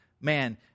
man